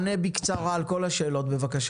נציג האוצר, ענה בקצרה על כל השאלות בבקשה.